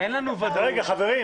אני